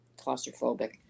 claustrophobic